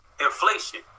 inflation